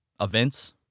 events